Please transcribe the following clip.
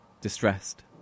distressed